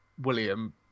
William